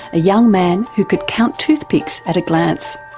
a young man who could count toothpicks at a glance.